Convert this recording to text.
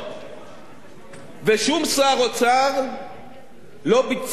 ושום שר אוצר לא ביצע מהלך כלשהו